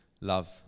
love